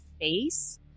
face